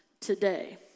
today